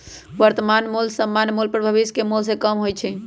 वर्तमान मोल समान्य पर भविष्य के मोल से कम होइ छइ